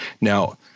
Now